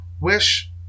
wish